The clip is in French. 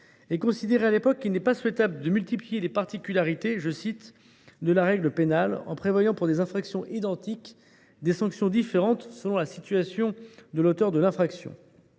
considéré à l’époque qu’il n’était « pas souhaitable de multiplier les particularités de la règle pénale en prévoyant, pour des infractions identiques, des sanctions différentes selon la situation de l’auteur de l’infraction